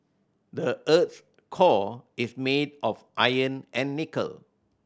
the earth's core is made of iron and nickel